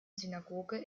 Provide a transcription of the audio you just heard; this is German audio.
synagoge